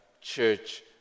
church